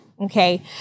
Okay